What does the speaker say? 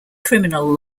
criminal